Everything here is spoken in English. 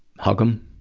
hug em.